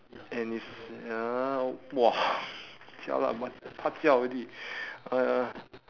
and it's ya oh !wah! jialat want to pa jiao already uh